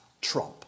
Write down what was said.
trump